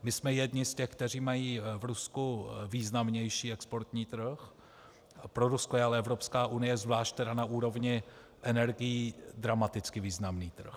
My jsme jedni z těch, kteří mají v Rusku významnější exportní trh, a pro Rusko je Evropská unie zvlášť na úrovni energií dramaticky významný trh.